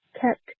kept